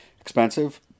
expensive